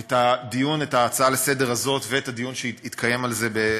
את ההצעה לסדר-היום הזאת ואת הדיון שיתקיים על זה,